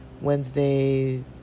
Wednesday